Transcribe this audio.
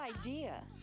idea